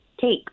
take